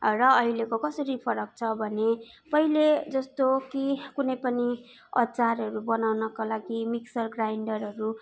र अहिलेको कसरी फरक छ भने पहिले जस्तो कि कुनै पनि अचारहरू बनाउनको लागि मिक्सर ग्राइन्डरहरू